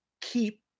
keep